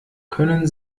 können